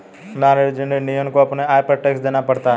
non resident Indian को अपने आय पर टैक्स देना पड़ता है